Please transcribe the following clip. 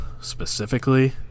specifically